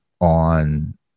on